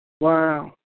Wow